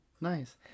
Nice